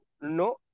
No